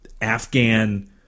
Afghan